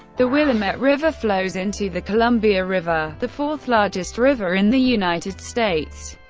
the willamette river flows into the columbia river, the fourth-largest river in the united states,